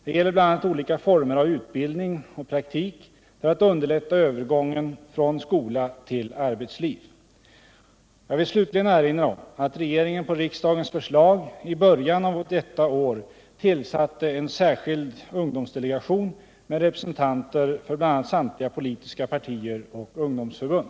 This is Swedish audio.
Det gäller bl.a. olika former av utbildning och praktik för att underlätta övergången från skola till arbetsliv. Jag vill slutligen erinra om att regeringen på riksdagens förslag i början av detta år tillsatte en särskild ungdomsdelegation med representanter för bl.a. samtliga politiska partier och ungdomsförbund.